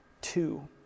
two